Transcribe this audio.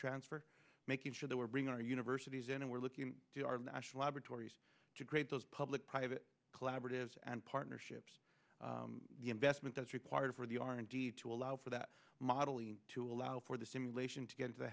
transfer making sure that we're bringing our universities in and we're looking to our national laboratories to create those public private collaborative and partnerships the investment that's required for the r and d to allow for that modeling to allow for the simulation to get in the